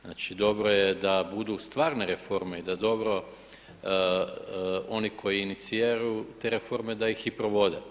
Znači dobro je da budu stvarne reforme i da dobro oni koji iniciraju te reforme da ih i provode.